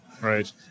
Right